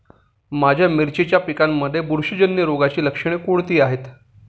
माझ्या मिरचीच्या पिकांमध्ये बुरशीजन्य रोगाची लक्षणे कोणती आहेत?